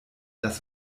dass